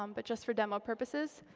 um but just for demo purposes,